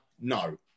No